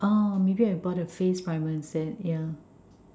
oh maybe I bought a face primer instead yeah